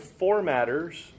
formatters